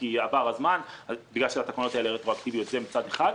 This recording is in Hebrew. כי עבר הזמן, בגלל שהתקנות האלה רטרואקטיביות מצד אחד.